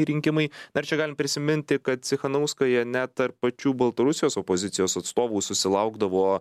rinkimai dar čia galim prisiminti kad cichanouskaja net tarp pačių baltarusijos opozicijos atstovų susilaukdavo